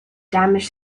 damage